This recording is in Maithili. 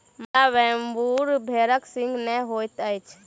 मादा वेम्बूर भेड़क सींघ नै होइत अछि